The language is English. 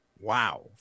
wow